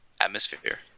atmosphere